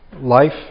Life